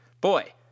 Boy